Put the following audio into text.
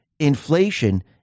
Inflation